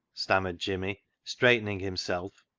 stammered jimmy, straightening himself,